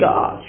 God